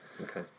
Okay